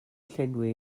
llenwi